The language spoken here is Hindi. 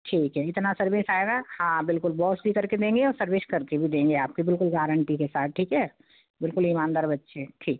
ठीक है इतना सर्विस आएगा हाँ बिल्कुल वॉश भी कर के देंगे और सर्विस कर के भी देंगे आप को बिल्कुल गारेंटी के साथ ठीक है बिल्कुल ईमानदार बच्चे हैं ठीक